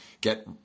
get